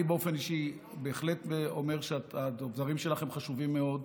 אני באופן אישי בהחלט אומר שהדברים שלך הם חשובים מאוד.